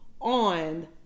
on